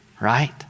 right